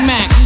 Mac